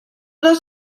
dos